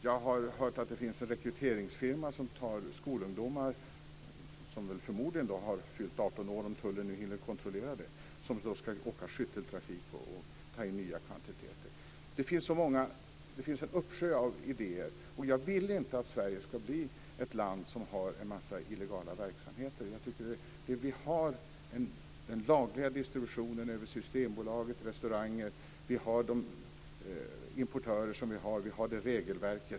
Jag har hört att det finns en rekryteringsfirma som har rekryterat ungdomar - som förmodligen har fyllt 18 år, om nu tullen hinner kontrollera det - som ska åka i skytteltrafik och ta in nya kvantiteter. Det finns en uppsjö av idéer. Jag vill inte att Sverige ska bli ett land som har en mängd illegala verksamheter. Vi har den lagliga distributionen över Systembolaget och restauranger. Vi har de importörer vi har och ett regelverk.